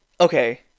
okay